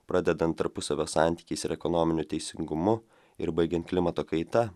pradedant tarpusavio santykiais ir ekonominiu teisingumu ir baigiant klimato kaita